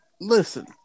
Listen